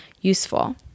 useful